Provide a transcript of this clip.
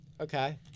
Okay